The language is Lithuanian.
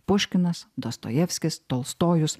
puškinas dostojevskis tolstojus